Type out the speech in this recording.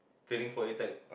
turning for attack